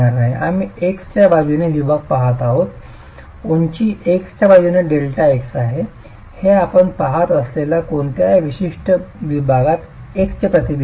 आम्ही x च्या बाजूने विभाग पहात आहोत उंची x च्या बाजूने डेल्टा x हे आपण पहात असलेल्या कोणत्याही विशिष्ट विभागात x चे प्रतिबिंब आहे